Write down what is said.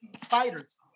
fighters